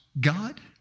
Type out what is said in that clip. God